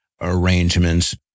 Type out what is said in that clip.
arrangements